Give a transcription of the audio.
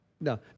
No